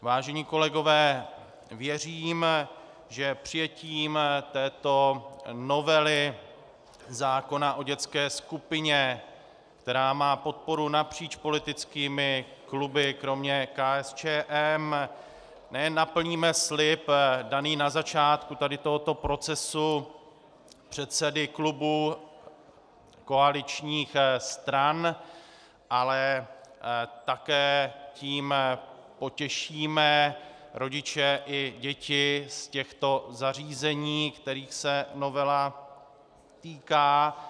Vážení kolegové, věřím, že přijetím této novely zákona o dětské skupině, která má podporu napříč politickými kluby kromě KSČM, nejen naplníme slib daný na začátku tohoto procesu předsedy klubů koaličních stran, ale také tím potěšíme rodiče i děti z těchto zařízení, kterých se novela týká.